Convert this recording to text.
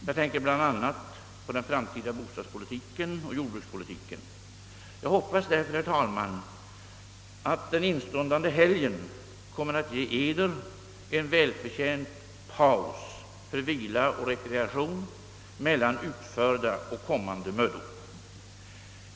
Jag tänker bl.a. på den framtida bostadspolitiken och jordbrukspolitiken. Jag hoppas därför, herr talman, att den instundande helgen kommer att ge Eder en välförtjänt paus för vila och rekreation mellan utförda och kommande mödor.